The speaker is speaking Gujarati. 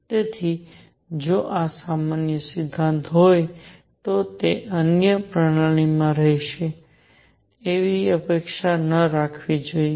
તેથી જો આ સામાન્ય સિદ્ધાંત હોય તો તે અન્ય પ્રણાલીઓમાં રહેશે તેવી અપેક્ષા ન રાખવી જોઈએ